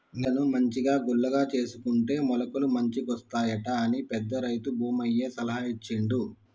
నేలను మంచిగా గుల్లగా చేసుకుంటే మొలకలు మంచిగొస్తాయట అని పెద్ద రైతు భూమయ్య సలహా ఇచ్చిండు